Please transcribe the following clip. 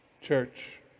Church